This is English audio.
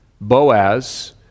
Boaz